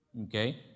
Okay